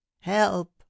help